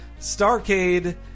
Starcade